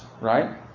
right